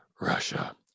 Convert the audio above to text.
Russia